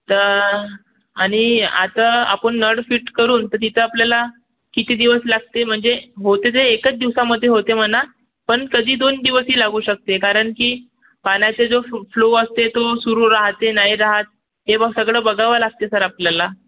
तर आणि आता आपण नळ फिट करून तर तिथं आपल्याला किती दिवस लागते म्हणजे होते ते एकच दिवसामध्ये होते म्हणा पण कधी दोन दिवसही लागू शकते कारण की पाण्याचे जो फो फ्लो असते तो सुरु राहते नाही राहत ते मग सगळं बघावं लागते सर आपल्याला